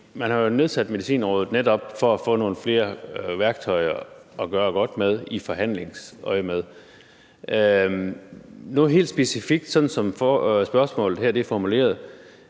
man har jo nedsat Medicinrådet netop for at få nogle flere værktøjer at gøre godt med i forhandlingsøjemed. Sådan som spørgsmålet er formuleret,